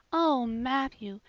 oh, matthew,